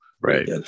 Right